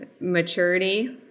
maturity